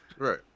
Right